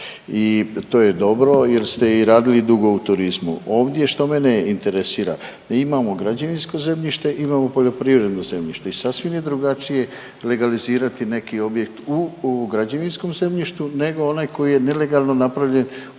i to je dobro jer ste i radili dugo u turizmu. Ovdje što mene interesira, mi imamo građevinsko zemljište, imamo poljoprivredno zemljište i sasvim je drugačije legalizirati neki objekt tu u ovom građevinskom zemljištu nego onaj koji je nelegalno napravljen u